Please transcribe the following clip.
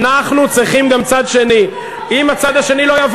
אתה, ואף אחד לא.